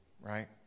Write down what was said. right